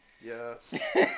Yes